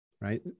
Right